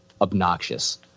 obnoxious